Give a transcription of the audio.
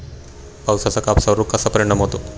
पावसाचा कापसावर कसा परिणाम होतो?